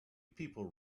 people